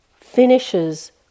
finishes